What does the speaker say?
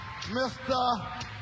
Mr